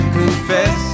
confess